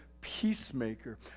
peacemaker